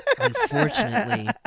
Unfortunately